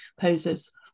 poses